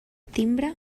timbre